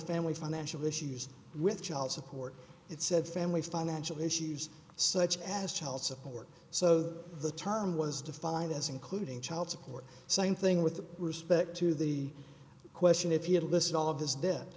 family financial issues with child support it said family financial issues such as child support so that the term was defined as including child support same thing with respect to the question if you had listed all of his de